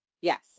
Yes